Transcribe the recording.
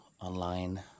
online